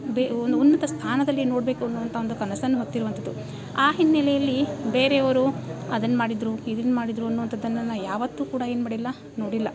ಬೆ ಒಂದು ಉನ್ನತ ಸ್ಥಾನದಲ್ಲಿ ನೋಡಬೇಕು ಅನ್ನುವಂಥ ಒಂದು ಕನಸನ್ನು ಹೊತ್ತಿರುವಂಥದ್ದು ಆ ಹಿನ್ನೆಲೆಯಲ್ಲಿ ಬೇರೆಯವರು ಅದನ್ನು ಮಾಡಿದರು ಅದನ್ನು ಮಾಡಿದರು ಅನ್ನುವಂಥದ್ದನ್ನ ನಾ ಯಾವತ್ತೂ ಕೂಡ ಏನೂ ಮಾಡಿಲ್ಲ ನೋಡಿಲ್ಲ